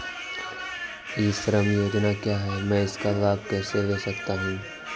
ई श्रम योजना क्या है मैं इसका लाभ कैसे ले सकता हूँ?